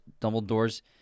Dumbledore's